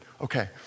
Okay